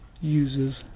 uses